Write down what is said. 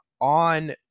on